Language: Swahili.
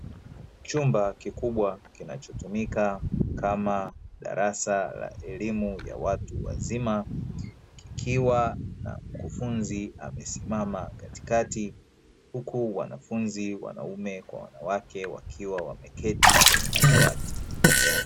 Chumba kikubwa kinachotumika kama darasa la elimu ya watu wazima, kikiwa na mkufunzi amesimama katikati huku wanafunzi wanaume kwa wanawake wakiwa wameketi kwenye madawati.